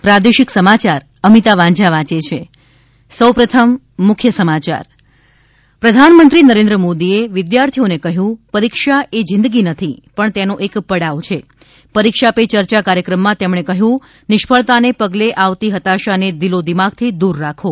પ્રાદેશિક સમાચાર અમિતા વાંઝા વાંચાછા પ્રધાનમંત્રી નરેન્દ્ર મોદીએ વિદ્યાર્થીઓન કહ્યું પરીક્ષા એ જિંદગી નથી પણ તક્રો એક પડાવ છી પરીક્ષા પી ચર્ચા કાર્યક્રમમાં તમ્રણી કહ્યું નિષ્ફળતાની પગલી આવતી હતાશાની દિલોદિમાગથી દૂર રાખો